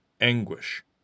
anguish